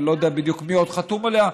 אני לא יודע בדיוק מי עוד חתום עליה,